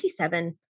27